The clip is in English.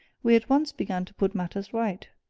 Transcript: we at once began to put matters right.